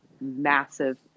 massive